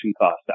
costs